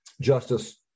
justice